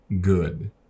good